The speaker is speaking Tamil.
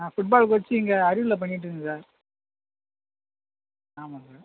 ஆ ஃபுட் பால் கோச்சிங் இங்கே அரியலூரில் பண்ணிட்டுருக்கேங்க சார் ஆமாம் சார்